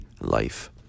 life